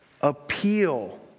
appeal